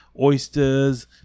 Oysters